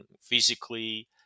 physically